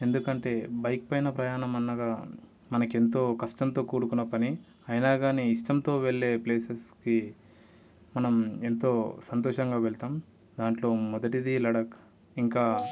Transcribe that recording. ఎందుకంటే బైక్ పైన ప్రయాణం అనగా మనకు ఎంతో కష్టంతో కూడుకున్న పని అయినా కానీ ఇష్టంతో వెళ్ళే ప్లేసెస్కి మనం ఎంతో సంతోషంగా వెళ్తాం దాంట్లో మొదటిది లడఖ్ ఇంకా